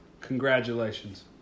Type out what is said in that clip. congratulations